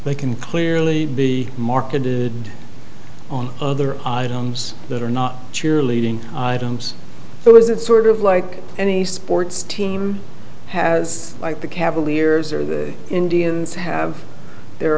they can clearly be marketed on other items that are not cheerleading it was it sort of like any sports team has like the cavaliers or the indians have their